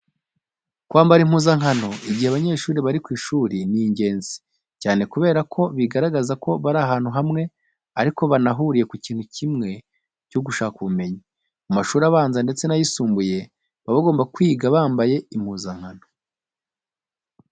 Kwambara impuzankano igihe abanyeshuri bari ku ishuri ni ingenzi cyane kubera ko bigaragaza ko bari ahantu hamwe, ariko banahuriye ku kintu kimwe ari cyo gushaka ubumenyi. Mu mashuri abanza ndetse n'ayisumbuye baba bagomba kwiga bambaye impuzankano.